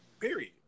Period